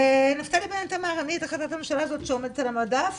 ונפתלי בנט אמר - אני את ההחלטת הממשלה הזאת שעומדת על המדף,